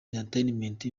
entertainment